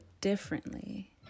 differently